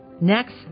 Next